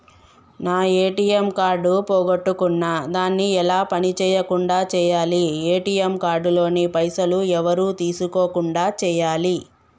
నా ATM card పోగొట్టుకున్నా దాన్ని ఎలా పని చేయకుండా చేయాలి ఏ.టి.ఎమ్ కార్డు లోని పైసలు ఎవరు తీసుకోకుండా చేయాలి?